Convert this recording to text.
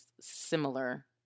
similar